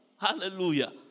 Hallelujah